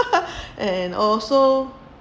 and also